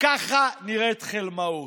ככה נראית חלמאות.